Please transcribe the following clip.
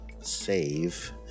save